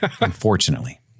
unfortunately